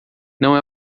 não